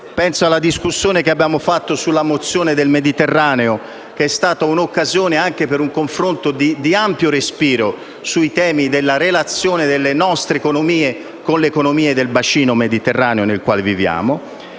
penso alla discussione che abbiamo svolto sulla mozione sul Mediterraneo, che è stata un'occasione per un confronto di ampio respiro sui temi delle relazioni della nostra economia con le economie del bacino mediterraneo nel quale viviamo.